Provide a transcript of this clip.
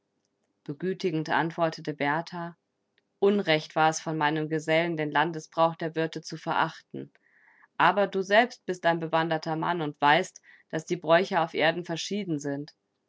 begütigend antwortete berthar unrecht war es von meinem gesellen den landesbrauch der wirte zu verachten aber du selbst bist ein bewanderter mann und weißt daß die bräuche auf erden verschieden sind